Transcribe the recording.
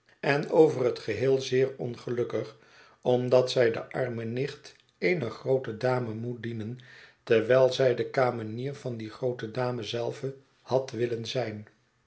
en over het geheel zeer ongelukkig omdat zij de arme nicht eener groote dame moet dienen terwijl zij de kamenier van die groote dame zelve had willen zijn